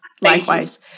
likewise